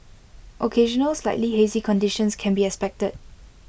occasional slightly hazy conditions can be expected